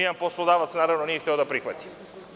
Nijedan poslodavac naravno to nije hteo da prihvati.